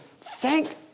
Thank